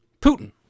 Putin